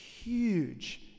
huge